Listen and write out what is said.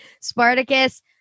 Spartacus